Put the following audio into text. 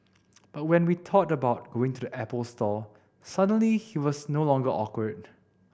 but when we thought about going to the Apple store suddenly he was no longer awkward